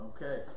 Okay